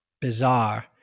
bizarre